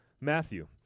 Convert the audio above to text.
Matthew